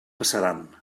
passaran